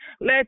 Let